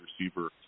receiver